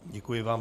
Děkuji vám.